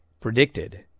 predicted